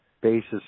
basis